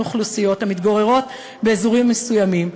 אוכלוסיות המתגוררות באזורים מסוימים,